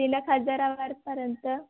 तीन एक हजारावरपर्यंत